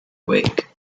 week